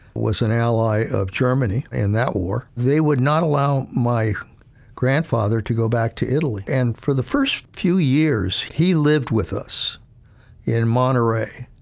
was an ally of germany. and that war, they would not allow my grandfather to go back to italy. and for the first few years, he lived with us in monterey,